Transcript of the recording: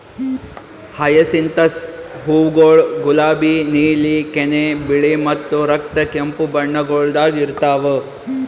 hyacinthus ಹೂವುಗೊಳ್ ಗುಲಾಬಿ, ನೀಲಿ, ಕೆನೆ, ಬಿಳಿ ಮತ್ತ ರಕ್ತ ಕೆಂಪು ಬಣ್ಣಗೊಳ್ದಾಗ್ ಇರ್ತಾವ್